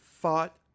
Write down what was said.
fought